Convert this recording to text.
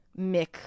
Mick